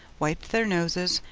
wiped their noses,